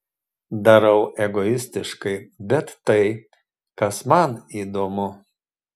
darau egoistiškai bet tai kas man įdomu